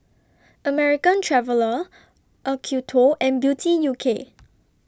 American Traveller Acuto and Beauty U K